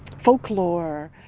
folklore.